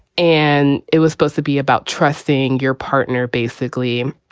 and it was supposed to be about trusting your partner, basically.